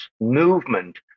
movement